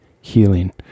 healing